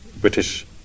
British